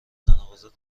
تناقضات